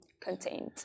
contained